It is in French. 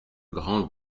grand